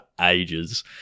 ages